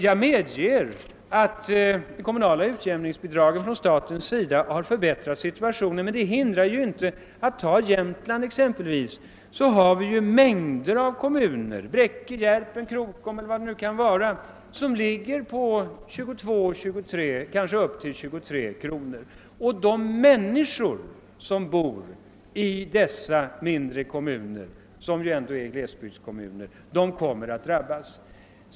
Jag medger att kommunernas utjämningsbidrag från staten har förbättrat situationen, men det hindrar inte att det exempelvis i Jämtland finns mängder av kommuner — Bräcke, Järpen, Krokom o.s. v. — vilkas kommunalskatt ligger vid 22—23 kr. De människor som bor i dessa mindre kommuner, vilka ändå är glesbygdskommuner, kommer att drabbas.